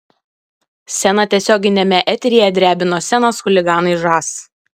sceną tiesioginiame eteryje drebino scenos chuliganai žas